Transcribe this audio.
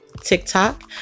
TikTok